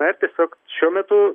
na ir tiesiog šiuo metu